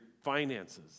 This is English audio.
finances